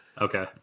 Okay